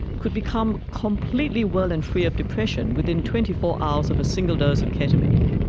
could become completely well and free of depression within twenty four hours of a single dose of ketamine.